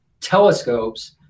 telescopes